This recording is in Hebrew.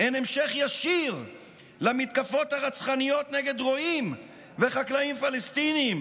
הן המשך ישיר למתקפות הרצחניות נגד רועים וחקלאים פלסטינים